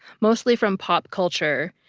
mostly from pop culture,